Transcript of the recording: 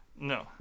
no